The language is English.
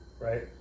Right